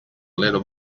little